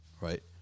right